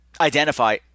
identify